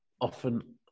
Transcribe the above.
often